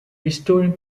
restoring